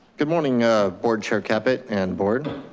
good morning board chair captu and board.